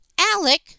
Alec